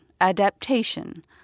adaptation